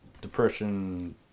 depression